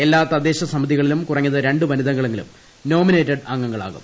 എല്ലാ തദ്ദെശ സമിതികളിലും കുറഞ്ഞത് രണ്ട് വനിതകളെങ്കിലും നോമിനേറ്റഡ് അംഗങ്ങളാകും